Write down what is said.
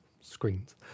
screens